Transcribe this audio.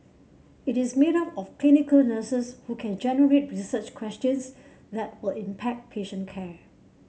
it is made up of clinical nurses who can generate research questions that will impact patient care